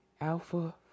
Alpha